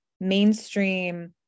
mainstream